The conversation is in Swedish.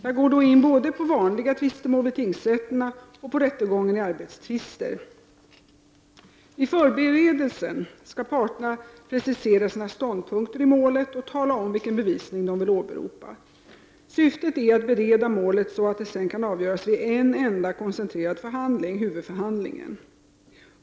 Jag går då in både på vanliga tvistemål vid tingsrätterna och på rättegången i arbetstvister. Vid förberedelsen skall parterna precisera sina ståndpunkter i målet och tala om, vilken bevisning de vill åberopa. Syftet är att bereda målet så att det sedan kan avgöras vid en enda koncentrerad förhandling, huvudförhandlingen.